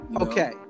Okay